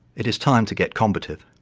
it is time to get combative.